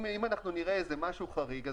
אם אנחנו נראה משהו חריג,